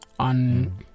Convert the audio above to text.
on